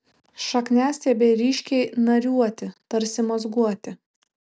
šakniastiebiai ryškiai nariuoti tarsi mazguoti